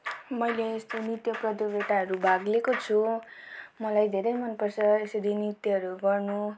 मैले यस्तो नृत्य प्रतियोगिताहरू भाग लिएको छु मलाई धेरै मनपर्छ यसरी नृत्यहरू गर्नु